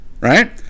right